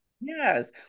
Yes